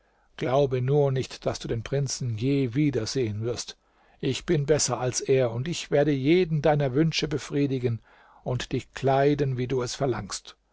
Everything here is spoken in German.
glaube nur nicht daß du den prinzen je wiedersehen wirst ich bin besser als er und werde jeden deiner wünsche befriedigen und dich kleiden wie du es verlangst